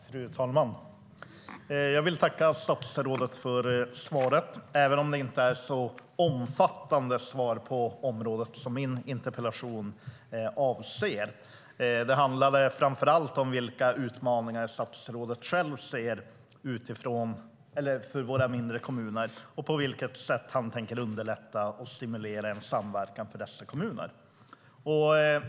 Fru talman! Jag vill tacka statsrådet för svaret även om det inte är ett så omfattande svar på området som min interpellation avser. Det handlade framför allt om vilka utmaningar statsrådet själv ser för våra mindre kommuner och på vilket sätt han tänker underlätta och stimulera en samverkan för dessa kommuner.